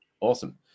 Awesome